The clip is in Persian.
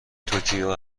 توکیو